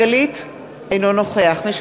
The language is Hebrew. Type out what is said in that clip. אינו נוכח פה.